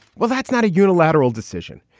well, that's not a unilateral decision.